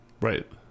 Right